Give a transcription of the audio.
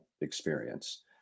experience